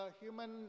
human